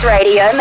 Radio